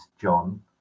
john